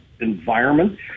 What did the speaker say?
environment